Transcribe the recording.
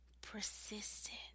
persistent